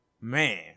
Man